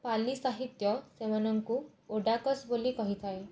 ପାଲି ସାହିତ୍ୟ ସେମାନଙ୍କୁ ଉଡ଼ାକସ୍ ବୋଲି କହିଥାଏ